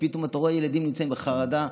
ופתאום אתה רואה ילדים נמצאים בחרדה.